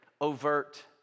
overt